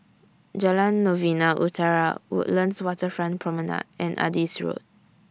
Jalan Novena Utara Woodlands Waterfront Promenade and Adis Road